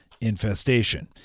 infestation